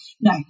No